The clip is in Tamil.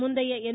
முந்தைய எம்